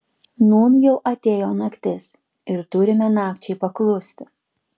nūn jau atėjo naktis ir turime nakčiai paklusti